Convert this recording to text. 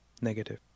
Negative